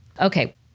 Okay